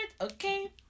Okay